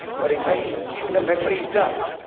but if i give them a printout,